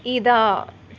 ഇതാ